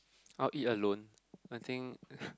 I will eat alone I think